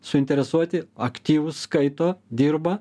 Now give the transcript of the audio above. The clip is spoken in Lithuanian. suinteresuoti aktyvūs skaito dirba